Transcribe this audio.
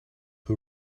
who